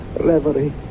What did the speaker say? reverie